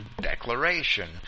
declaration